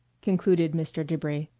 concluded mr. debris.